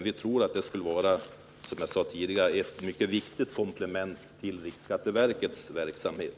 Vi tror, som jag sade tidigare, att kommissionens arbete kan bli ett mycket viktigt komplement till riksskatteverkets verksamhet.